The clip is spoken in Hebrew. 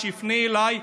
שיפנה אליי,